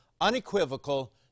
unequivocal